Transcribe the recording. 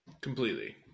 Completely